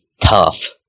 tough